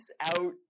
out